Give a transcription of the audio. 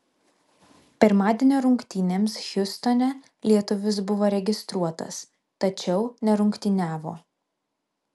pirmadienio rungtynėms hjustone lietuvis buvo registruotas tačiau nerungtyniavo